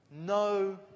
no